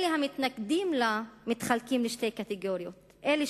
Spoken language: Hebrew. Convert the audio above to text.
אלה המתנגדים לה מתחלקים לשתי קטגוריות: אלה